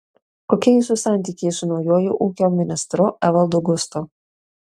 kokie jūsų santykiai su naujuoju ūkio ministru evaldu gustu